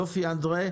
יופי, אנדריי.